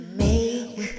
make